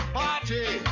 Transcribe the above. party